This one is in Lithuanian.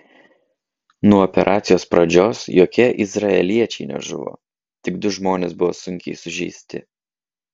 nuo operacijos pradžios jokie izraeliečiai nežuvo tik du žmonės buvo sunkiai sužeisti